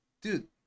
Dude